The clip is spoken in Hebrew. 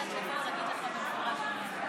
החודש הכריז שר החקלאות על החלת תקנות לולים ללא כלובים,